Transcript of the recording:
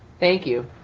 thank you.